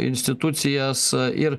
institucijas ir